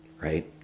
right